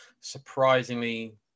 surprisingly